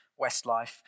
Westlife